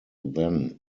then